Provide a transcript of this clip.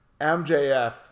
MJF